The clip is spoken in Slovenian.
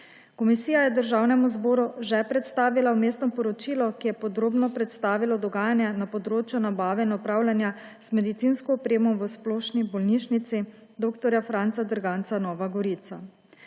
Komisija je Državnemu zboru že predstavila vmesno poročilo, ki je podrobno predstavilo dogajanje na področju nabave in upravljanja z medicinsko opremo v Splošni bolnišnici dr. Franca Derganca Nova Gorica.